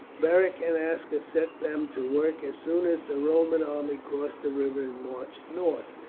beric and aska set them to work as soon as the roman army crossed the river and marched north,